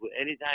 Anytime